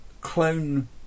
clone